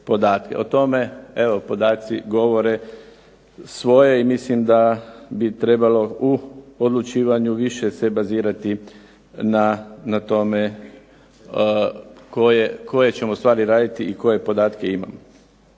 o tome. Evo podaci govore svoje i mislim da bi trebalo u odlučivanju više se bazirati na tome koje ćemo stvari raditi i koje podatke imamo.